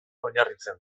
oinarritzen